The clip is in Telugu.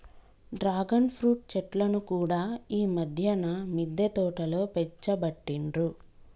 డ్రాగన్ ఫ్రూట్ చెట్లను కూడా ఈ మధ్యన మిద్దె తోటలో పెంచబట్టిండ్రు